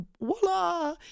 voila